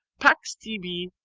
pax tibi!